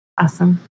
Awesome